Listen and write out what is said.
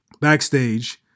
backstage